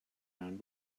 round